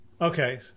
Okay